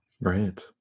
Right